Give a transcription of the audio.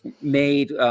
made